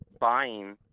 buying